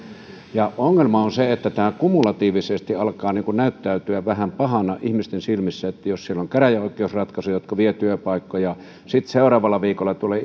ongelma on se että kumulatiivisesti tämä alkaa näyttäytyä vähän pahana ihmisten silmissä jos siellä on käräjäoikeusratkaisuja jotka vievät työpaikkoja sitten seuraavalla viikolla tulee